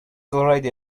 already